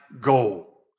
goal